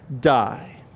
die